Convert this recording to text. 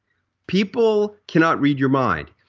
people cannot read your mind.